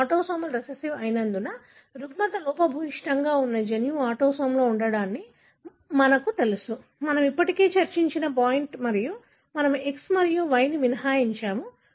ఇది autosomal recessive అయినందున రుగ్మత లోపభూయిష్టంగా ఉన్న జన్యువు ఆటోసోమ్లో ఉండాలని మనకు తెలుసు మనము ఇప్పటికే చర్చించిన పాయింట్ మరియు మనము X మరియు Y ని మినహాయించాము